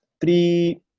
three